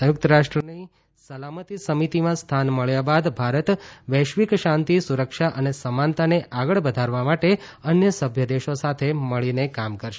સંયુકત રાષ્ટ્રની સલામતી સમિતિમાં સ્થાન મળ્યા બાદ ભારત વૈશ્વિક શાંતી સુરક્ષા અને સમાનતાને આગળ વધારવા માટે અન્ય સભ્ય દેશો સાથે મળીને કામ કરશે